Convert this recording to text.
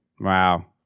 Wow